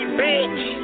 bitch